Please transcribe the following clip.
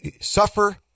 Suffer